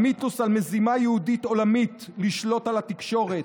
המיתוס על מזימה יהודית עולמית לשלוט על התקשורת,